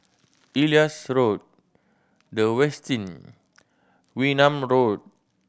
Elias Road The Westin Wee Nam Road